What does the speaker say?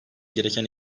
gereken